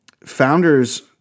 Founders